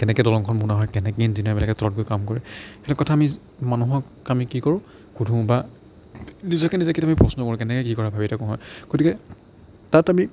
কেনেকৈ দলংখন বনোৱা হয় কেনেকৈ ইঞ্জিনিয়াৰবিলাকে তলত গৈ কাম কৰে সেইবিলাক কথা আমি মানুহক আমি কি কৰোঁ সোধোঁ বা নিজকে নিজে কেতিয়াবা আমি প্ৰশ্ন কৰোঁ কেনেকৈ কি কৰা ভাবি থাকোঁ হয় গতিকে তাত আমি